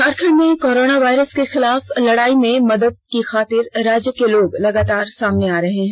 झारखंड में corona virus के खिलाफ लड़ाई में मदद की खातिर राज्य के लोग लगातार आगे आ रहे हैं